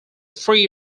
three